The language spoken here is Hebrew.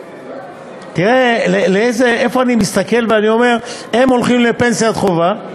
תראה איפה אני מסתכל ואומר: הם הולכים לפנסיית חובה,